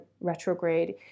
retrograde